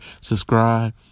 subscribe